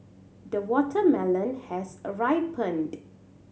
the watermelon has a ripened